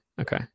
okay